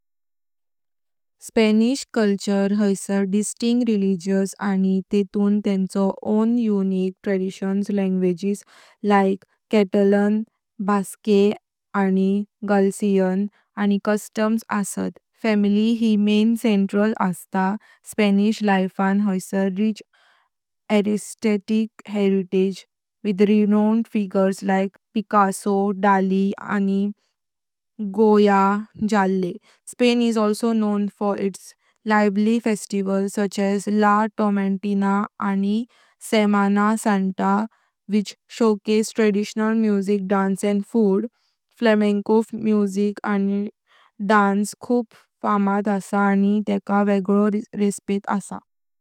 स्पॅनिश संस्कृति हैसर distinct regions, आणि तेतून तेंचो स्वतःचो आगळो संस्कार, भाषापण (उदाहरणार्थ कॅटलान, बास्क, आणि गॅलिशियन), आणि प्रथापण आसात। फॅमिली ही मुख्य केंद्री अस्ते स्पॅनिश जीवनाचेर, हैसर समृद्ध कलात्मक वारसा आहे, ज्यात प्रसिद्ध व्यक्ती जसा पिकासो, डाली, आणि गोया जाल्ले। स्पेन त्याच्या जिवंत सणांखातर ओळखला जातो, जसा ला टोमाटिना आणि, जे पारंपरिक संगीत, नृत्य, आणि खाद्यपदार्थ दाखवतात। फ्लेमेंको संगीत आणि नृत्य खूप फामद् आसां अनि तेका वेगळो रिसपेक्ट आसां।